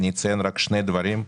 אני אציין רק שני דברים.